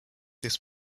this